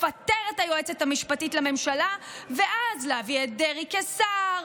לפטר את היועצת המשפטית לממשלה ואז להביא את דרעי כשר,